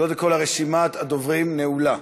קודם כול, רשימת הדוברים נעולה,